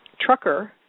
trucker